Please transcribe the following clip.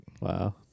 Wow